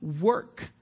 work